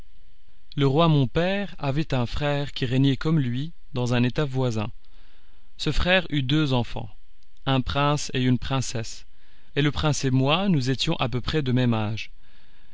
le roi mon père avait un frère qui régnait comme lui dans un état voisin ce frère eut deux enfants un prince et une princesse et le prince et moi nous étions à peu près de même âge